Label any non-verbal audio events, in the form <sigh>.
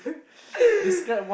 <laughs>